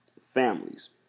families